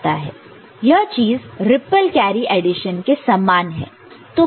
यह चीज ripple carry addition के समान है